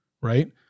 right